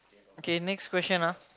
okay next question ah